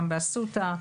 גם באסותא,